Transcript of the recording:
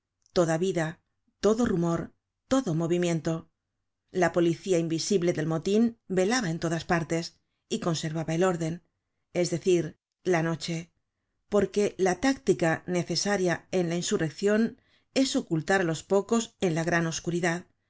toda vida todo rumor todo movimiento la policía invisible del motin velaba en todas partes y conservaba el orden es decir la noche porque la táctica necesaria de la insurreccion es ocultar álos pocos en la gran oscuridad